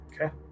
Okay